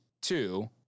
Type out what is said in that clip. two